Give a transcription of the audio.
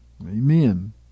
Amen